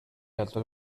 actual